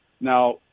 Now